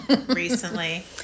recently